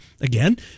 again